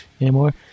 anymore